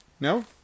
No